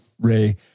Ray